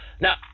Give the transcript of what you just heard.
Now